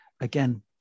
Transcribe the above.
again